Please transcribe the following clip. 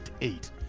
eight